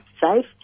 safe